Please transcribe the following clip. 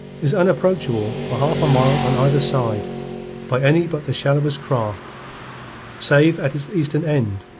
is unapproachable for half a mile on either side by any but the shallowest craft save at its eastern end,